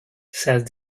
said